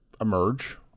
emerge